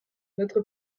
notre